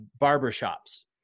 barbershops